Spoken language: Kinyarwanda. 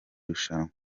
rushanwa